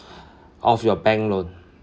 of your bank loan